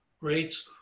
rates